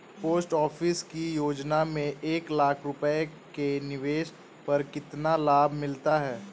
Post office की योजना में एक लाख रूपए के निवेश पर कितना लाभ मिलता है?